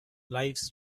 lifes